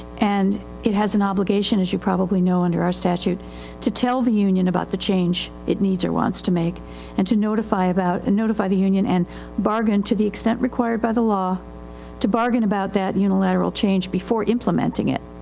and it has an obligation as you probably know under our statute to tell the union about the change it needs or wants to make and to notify about, and notify the union and bargain to the extent required by the law to bargain about that unilateral change before implementing it.